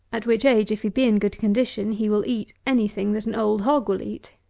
at which age, if he be in good condition, he will eat any-thing that an old hog will eat.